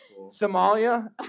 Somalia